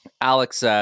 Alex